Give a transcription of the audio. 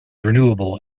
renewable